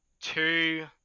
two